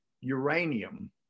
uranium